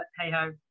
hey-ho